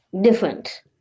different